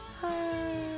Hi